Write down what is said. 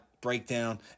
breakdown